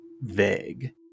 vague